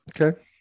Okay